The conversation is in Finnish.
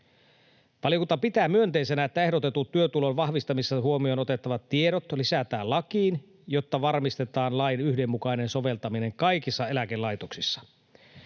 Valiokunta pitää myönteisenä, että ehdotetut työtulon vahvistamisessa huomioon otettavat tiedot lisätään lakiin, jotta varmistetaan lain yhdenmukainen soveltaminen kaikissa eläkelaitoksissa.